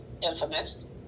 infamous